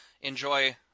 enjoy